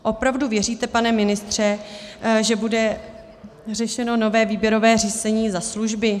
Opravdu věříte, pane ministře, že bude řešeno nové výběrové řízení za služby?